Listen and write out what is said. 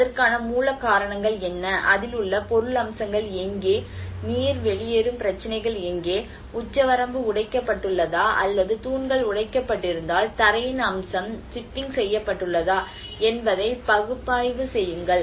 அதற்கான மூல காரணங்கள் என்ன அதில் உள்ள பொருள் அம்சங்கள் எங்கே நீர் வெளியேறும் பிரச்சினைகள் எங்கே உச்சவரம்பு உடைக்கப்பட்டுள்ளதா அல்லது தூண்கள் உடைக்கப்பட்டிருந்தால் தரையின் அம்சம் சிப்பிங் செய்யப்பட்டுள்ளதா என்பதை பகுப்பாய்வு செய்யுங்கள்